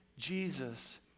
Jesus